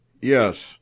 Yes